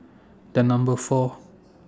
The Number four